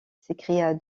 s’écria